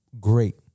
great